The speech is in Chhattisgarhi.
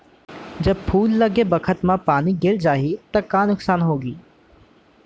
जब फूल लगे बखत म पानी गिर जाही त का नुकसान होगी?